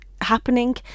happening